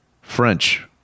French